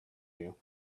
you